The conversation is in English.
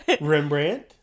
rembrandt